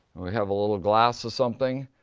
we have a little glass or something,